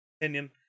opinion